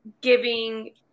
giving